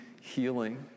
healing